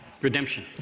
Redemption